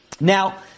Now